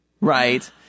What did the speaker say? right